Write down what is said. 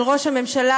של ראש הממשלה,